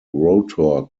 rotor